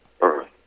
Earth